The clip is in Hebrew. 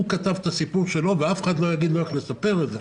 הוא כתב את הסיפור שלו ואף אחד לא יגיד לו איך לספר את זה.